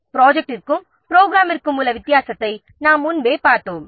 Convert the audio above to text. ப்ரொஜெக்டிற்கும் ப்ரோக்ராமிற்கும் உள்ள வித்தியாசத்தை நாம் முன்பே பார்த்தோம்